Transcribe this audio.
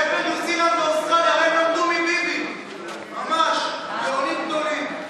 איזה שטויות אתה מדבר, "זיהה את העיקר".